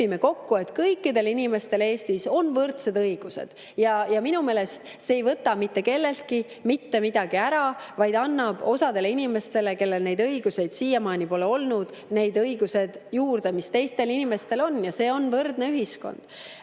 kõikidel inimestel Eestis on võrdsed õigused. Minu meelest see ei võta mitte kelleltki mitte midagi ära, vaid annab osadele inimestele, kellel neid õigusi siiani pole olnud, juurde need õigused, mis teistel inimestel on. See on võrdne ühiskond.